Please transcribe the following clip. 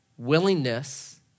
Willingness